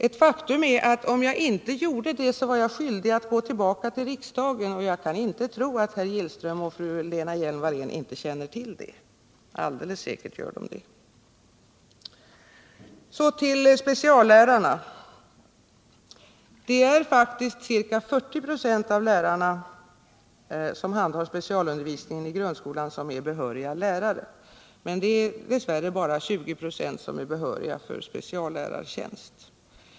Ett faktum är att om jag inte gjorde det skulle jag vara skyldig att gå tillbaka till riksdagen, och jag kan inte tro att herr Gillström och fru Lena Hjelm-Wallén inte känner till detta. Alldeles säkert gör de det. Så till speciallärarna. Ca 40 26 av lärarna som handhar specialundervisningen i grundskolan är faktiskt behöriga lärare, men det är dess värre bara 20 26 som är behöriga för speciallärartjänst.